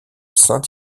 saint